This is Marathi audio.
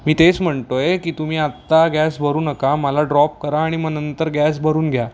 मी तेच म्हणतोय की तुम्ही आत्ता गॅस भरू नका मला ड्रॉप करा आणि म नंतर गॅस भरून घ्या